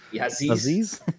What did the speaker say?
Aziz